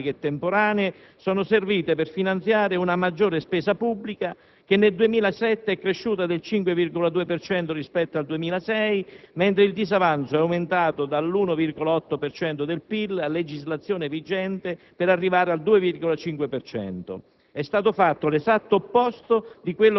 Ancora una volta terza bugia: le maggiori entrate, sia strutturali che temporanee, sono servite per finanziare una maggiore spesa pubblica che nel 2007 è cresciuta del 5,2 per cento rispetto al 2006, mentre il disavanzo è aumentato dall'1,8 per cento del PIL a legislazione vigente per arrivare al 2,5